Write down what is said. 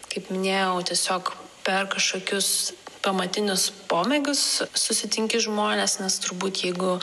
kaip minėjau tiesiog per kažkokius pamatinius pomėgius susitinki žmones nes turbūt jeigu